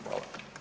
Hvala.